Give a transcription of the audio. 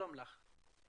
שלום לכולם.